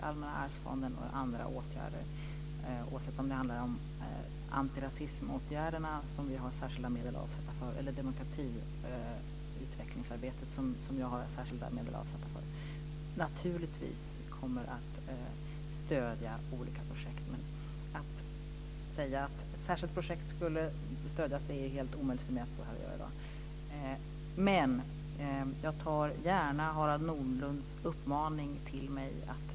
Allmänna arvsfonden och några andra åtgärder, oavsett om det är antirasismåtgärder eller demokratiutvecklingsarbetet som vi har särskilda medel avsatta för, naturligtvis kommer att stödja olika projekt. Att säga att ett särskilt projekt skulle stödjas är i dag helt omöjligt för mig. Men jag tar gärna Harald Nordlunds uppmaning till mig.